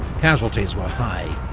casualties were high.